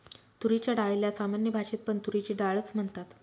तुरीच्या डाळीला सामान्य भाषेत पण तुरीची डाळ च म्हणतात